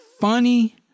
funny